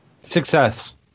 Success